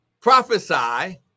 prophesy